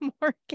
more